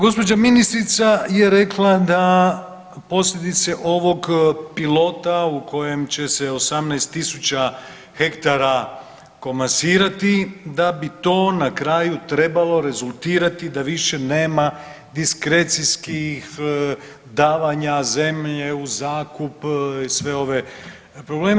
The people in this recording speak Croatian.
Gđa. ministrica je rekla da posljedice ovog pilota u kojem će se 18 tisuća hektara komasirati da bi to na kraju trebalo rezultirati da više nema diskrecijskih davanja zemlje u zakup i sve ove probleme.